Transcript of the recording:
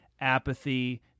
apathy